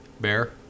Bear